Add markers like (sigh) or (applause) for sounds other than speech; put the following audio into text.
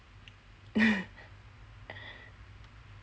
(laughs)